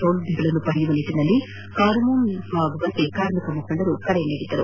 ಸೌಲಭ್ವಗಳನ್ನು ಪಡೆಯುವ ನಿಟ್ಟನಲ್ಲಿ ಕಾರ್ಯೋನ್ಸುಖವಾಗುವಂತೆ ಕಾರ್ಮಿಕ ಮುಖಂಡರು ಕರೆ ನೀಡಿದರು